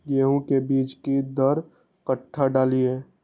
गेंहू के बीज कि दर कट्ठा डालिए?